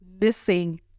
Missing